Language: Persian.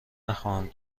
نخواهم